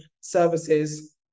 services